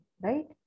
right